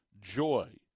joy